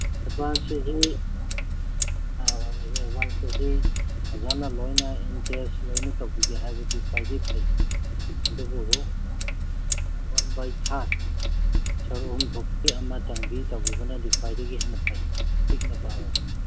ꯑꯦꯗꯚꯥꯟꯁꯁꯤꯗꯤ ꯑꯦꯗꯚꯥꯟꯁꯁꯤꯗꯤ ꯑꯣꯖꯥꯅ ꯂꯣꯏꯅ ꯏꯟ ꯀꯦꯁ ꯂꯣꯏꯅ ꯇꯧꯕꯤꯒꯦ ꯍꯥꯏꯕꯗꯤ ꯈ꯭ꯋꯥꯏꯗꯩ ꯐꯩ ꯑꯗꯨꯕꯨ ꯋꯥꯟ ꯕꯥꯏ ꯊꯥꯔ ꯁꯔꯨꯛ ꯑꯍꯨꯝ ꯊꯣꯛꯄꯒꯤ ꯑꯃꯇꯪꯗꯤ ꯇꯧꯕꯤꯕꯅꯗꯤ ꯈ꯭ꯋꯥꯏꯗꯒꯤ ꯍꯦꯟꯅ ꯐꯩ ꯄꯤꯛꯅ ꯄꯥꯔꯕꯗ